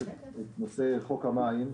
יש נושא חוק המים,